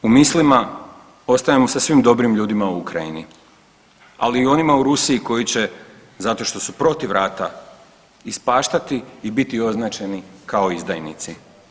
U mislima ostajemo sa svim dobrim ljudima u Ukrajini, ali i onima u Rusiji koji će zato što su protiv rata ispaštati i biti označeni kao izdajnici.